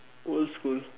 old school